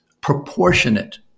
proportionate